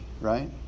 right